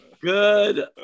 Good